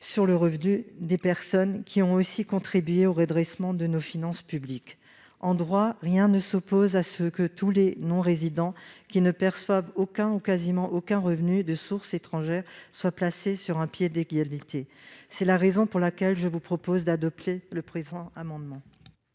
sur le revenu des personnes qui ont aussi contribué au redressement de nos finances publiques. En droit, rien ne s'oppose à ce que tous les non-résidents qui ne perçoivent aucun ou quasiment aucun revenu de source étrangère soient placés sur un pied d'égalité. C'est la raison pour laquelle je vous propose d'adopter le présent amendement.